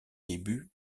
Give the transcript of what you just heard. début